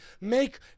make